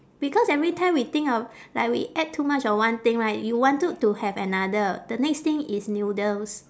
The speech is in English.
because every time we think of like we ate too much of one thing right you wanted to have another the next thing is noodles